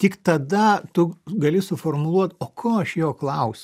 tik tada tu gali suformuluot o ko aš jo klausiu